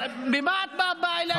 את לא מחליטה.